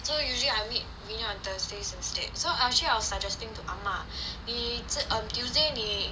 so usually I meet rina on thursdays instead so actually I was suggesting to ah ma we z~ on tuesday we